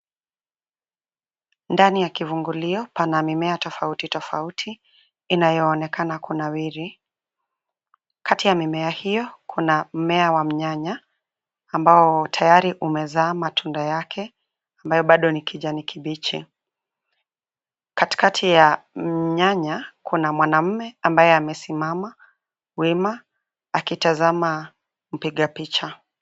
Ndani ya kivungulio pana mimea tofauti tofauti inayoonekana kunawiri. Kati ya mimea hiyo kuna mmea wa mnyanya ambao tayari umezaa matunda yake ambayo bado ni kijani kibichi. Katikati ya nyanya kuna mwanamume ambaye amesimama wima akitazama mpiga picha.